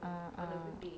ah ah